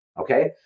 Okay